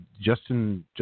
Justin